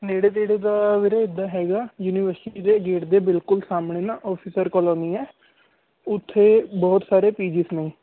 ਨੇੜੇ ਤੇੜੇ ਦਾ ਵੀਰੇ ਇੱਦਾਂ ਹੈਗਾ ਯੂਨੀਵਰਸਿਟੀ ਦੇ ਗੇਟ ਦੇ ਬਿਲਕੁਲ ਸਾਹਮਣੇ ਨਾ ਔਫੀਸਰ ਕਲੋਨੀ ਹੈ ਉੱਥੇ ਬਹੁਤ ਸਾਰੇ ਪੀਜੀਸ ਨੇ